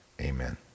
Amen